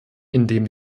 indem